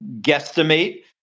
guesstimate